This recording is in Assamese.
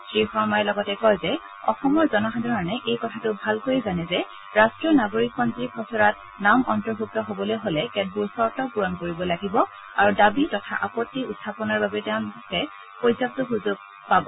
শ্ৰী শৰ্মহি লগতে কয় যে অসমৰ জনসাধাৰণে এই কথাটো ভালকৈয়ে জানে যে ৰাষ্ট্ৰীয় নাগৰিক পঞ্জীৰ খচৰাত নাম অন্তৰ্ভূক্ত হ'বলৈ হলে কেতবোৰ চৰ্ত পূৰণ কৰিব লাগিব আৰু দাবী তথা আপত্তি উখাপনৰ বাবে সকলোকে পৰ্যাপ্ত সুযোগ দিয়া হ'ব